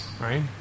right